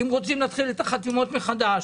אם רוצים, נתחיל את החתימות מחדש.